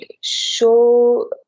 show